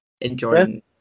enjoying